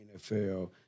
NFL